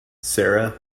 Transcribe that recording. sara